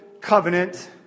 covenant